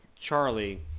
Charlie